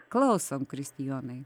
klausom kristijonai